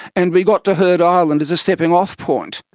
and we got to heard island as a stepping-off point.